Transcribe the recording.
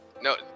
No